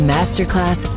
Masterclass